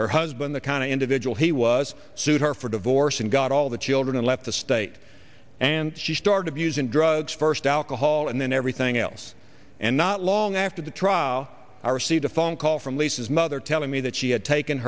her husband the kind of individual he was sued her for divorce and got all the children and left the state and she started using drugs first alcohol and then everything else and not long after the trial i received a phone call from lisa's mother telling me that she had taken